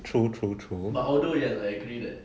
true true true